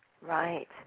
right